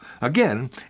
Again